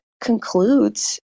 concludes